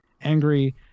angry